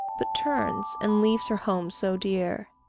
but turns, and leaves her home so dear.